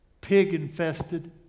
pig-infested